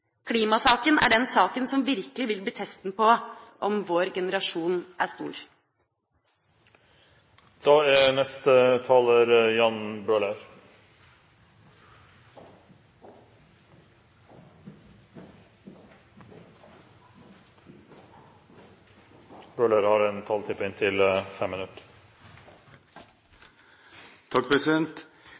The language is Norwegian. Klimasaken er den saken som virkelig vil bli testen på om vår generasjon er stor. Jeg er